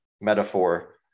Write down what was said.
metaphor